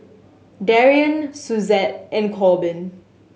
Darion Suzette and Corbin